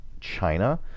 China